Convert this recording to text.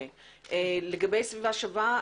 לגבי סביבה שווה.